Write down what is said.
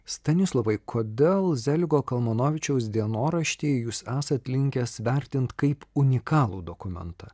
stanislovai kodėl zeligo kalmanovičiaus dienoraštį jūs esat linkęs vertint kaip unikalų dokumentą